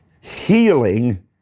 Healing